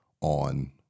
on